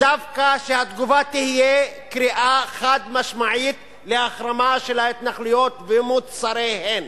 שהתגובה דווקא תהיה קריאה חד-משמעית להחרמה של ההתנחלויות ומוצריהן.